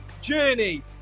journey